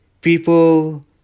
People